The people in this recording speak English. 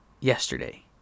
yesterday